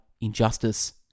injustice